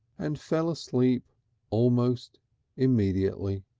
and fell asleep almost immediately.